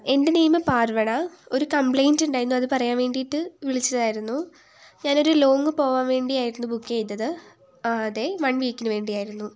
എൻ്റെ നെയിം പാർവ്വണ ഒരു കംപ്ലയിൻ്റ് ഉണ്ടായിരുന്നു അതു പറയാൻ വേണ്ടിയിട്ട് വിളിച്ചതായിരുന്നു ഞാൻ ഒരു ലോങ്ങ് പോകുവാൻ വേണ്ടിയായിരുന്നു ബുക്ക് ചെയ്തത് ആ അതെ വൺ വീക്കിനു വേണ്ടിയായിരുന്നു